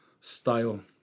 style